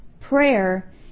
Prayer